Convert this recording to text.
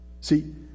See